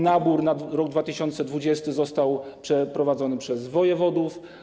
Nabór na rok 2020 został przeprowadzony przez wojewodów.